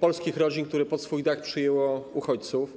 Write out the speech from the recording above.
polskich rodzin, które pod swój dach przyjęły uchodźców.